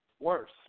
worse